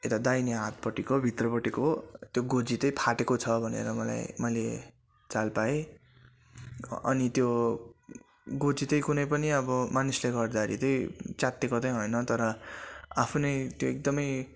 यता दाहिने हातपट्टिको भित्रपट्टिको त्यो गोजी चाहिँ फाटेको छ भनेर मलाई मैले चाल पाएँ अनि त्यो गोजी तै कुनै पनि अब मानिसले गर्दाखेरि चाहिँ च्यातिएको चाहिँ होइन तर आफ्नै त्यो एकदमै